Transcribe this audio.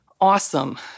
awesome